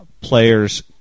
players